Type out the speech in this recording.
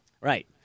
Right